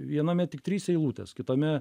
viename tik trys eilutės kitame